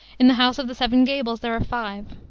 in the house of the seven gables there are five.